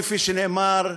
כפי שנאמר,